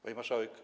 Pani Marszałek!